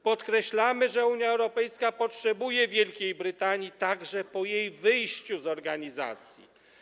Podkreślamy, że Unia Europejska potrzebuje Wielkiej Brytanii także po jej wyjściu z organizacji.